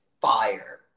fire